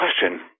question